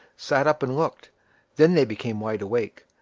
sat up and looked then they became wide-awake,